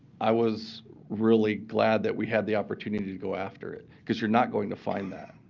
i was really glad that we had the opportunity to go after it. because you're not going to find that.